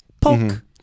poke